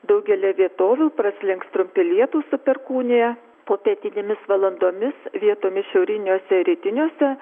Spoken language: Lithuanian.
daugelyje vietovių praslinks trumpi lietūs su perkūnija popietinėmis valandomis vietomis šiauriniuose rytiniuose